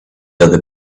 other